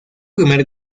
primer